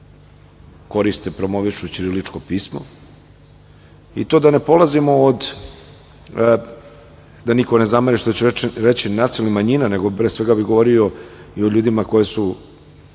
koriste, promovišu ćiriličko pismo i to da ne polazimo od… da niko ne zameri što ću reći nacionalnih manjina, nego pre svega bih govorio i o ljudima koji su